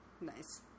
Nice